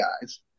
guys